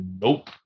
nope